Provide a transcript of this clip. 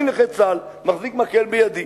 אני נכה צה"ל, מחזיק מקל בידי.